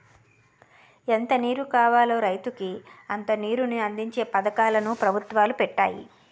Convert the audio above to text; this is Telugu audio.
ఎంత నీరు కావాలో రైతుకి అంత నీరుని అందించే పథకాలు ను పెభుత్వాలు పెట్టాయి